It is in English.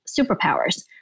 superpowers